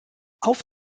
auf